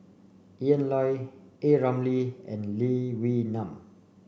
Ian Loy A Ramli and Lee Wee Nam